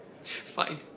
Fine